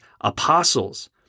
apostles